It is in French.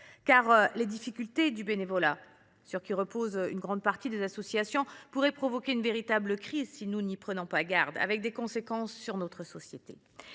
Les difficultés des bénévoles, sur lesquels repose une grande partie des associations, pourraient en effet provoquer une véritable crise si nous n’y prenions garde et avoir des conséquences sur notre société.